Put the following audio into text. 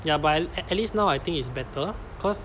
ya but a~ at least now I think it's better cause